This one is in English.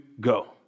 go